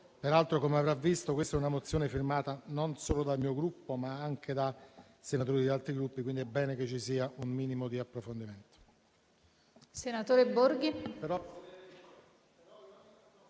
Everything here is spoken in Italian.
Peraltro, avrà visto che questa è una mozione firmata non solo dal mio Gruppo, ma anche da senatori di altri Gruppi quindi è bene che ci sia un minimo di approfondimento.